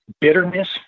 bitterness